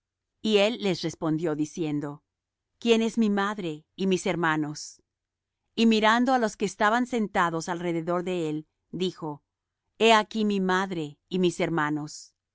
y él les respondió diciendo quién es mi madre y mis hermanos y mirando á los que estaban sentados alrededor de él dijo he aquí mi madre y hermanos